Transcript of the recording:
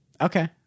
Okay